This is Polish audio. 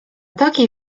takiej